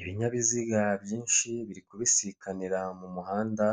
Ibinyabiziga byinshi biri kubisikanira mu muhanda